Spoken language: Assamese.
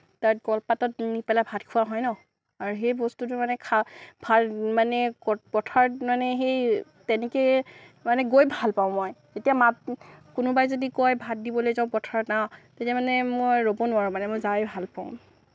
তাত কলপাতত নি পেলাই ভাত খোৱা হয় ন আৰু সেই বস্তুটো মানে খা ভাল মানে পথাৰত মানে সেই তেনেকে গৈ ভাল পাওঁ মই এতিয়া মাত কোনোবাই যদি কয় ভাত দিবলৈ যাওঁ পথাৰত তেতিয়া মানে মই ৰ'ব নোৱাৰোঁ মানে মই যাই ভাল পাওঁ